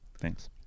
Thanks